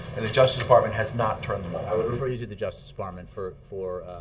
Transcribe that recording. and the justice department has not turned i would refer you to the justice department for for